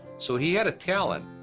so he had a talent.